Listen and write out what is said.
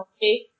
okay